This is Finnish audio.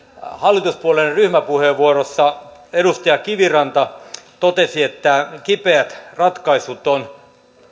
hallituspuolueiden ryhmäpuheenvuorossa edustaja kiviranta totesi että kipeät ratkaisut on